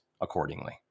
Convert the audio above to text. accordingly